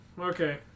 Okay